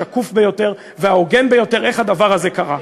השקוף ביותר וההוגן ביותר איך הדבר הזה קרה.